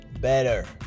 better